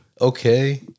Okay